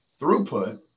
throughput